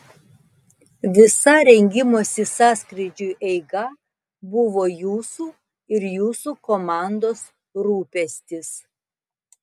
visa rengimosi sąskrydžiui eiga buvo jūsų ir jūsų komandos rūpestis